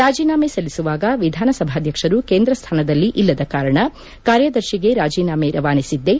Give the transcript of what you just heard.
ರಾಜೀನಾಮೆ ಸಲ್ಲಿಸುವಾಗ ವಿಧಾನಸಭಾಧ್ಯಕ್ಷರು ಕೇಂದ್ರ ಸ್ವಾನದಲ್ಲಿ ಇಲ್ಲದ ಕಾರಣ ಕಾರ್ಯದರ್ಶಿಗೆ ರಾಜೀನಾಮೆ ರವಾನಿಸಿದ್ದೆ